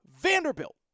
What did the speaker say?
Vanderbilt